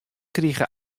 krige